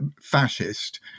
fascist